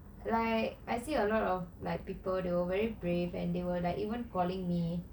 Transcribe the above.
like I see a lot of people that were really brave and they even were calling me